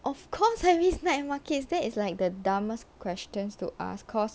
of course I miss night markets that is like the dumbest questions to ask cause